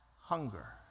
hunger